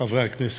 חברי הכנסת,